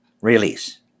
release